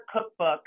cookbook